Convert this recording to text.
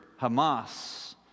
hamas